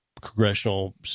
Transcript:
congressional